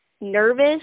nervous